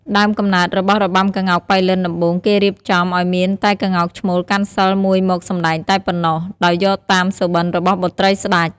ដើមកំណើតរបស់របាំក្ងោកប៉ៃលិនដំបូង គេរៀបចំឲ្យមានតែក្ងោកឈ្មោលកាន់សីលមួយមកសម្តែងតែប៉ុណ្ណោះ ដោយយកតាមសុបិន្តរបស់បុត្រីស្តេច។